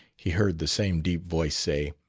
he heard the same deep voice say.